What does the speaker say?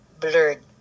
blurred